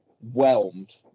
whelmed